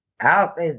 out